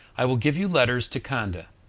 i will give you letters to conde and,